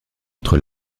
entre